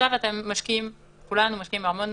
עכשיו כולנו משקיעים המון